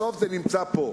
בסוף זה נמצא פה.